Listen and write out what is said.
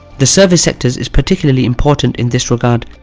the service sectors is particularly important in this regard,